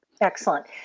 Excellent